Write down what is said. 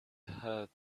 heard